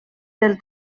del